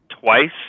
twice